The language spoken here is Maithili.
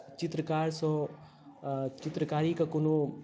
चित्रकारसँ चित्रकारीके कोनो